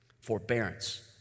Forbearance